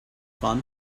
fun